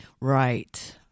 Right